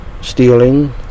stealing